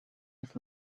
his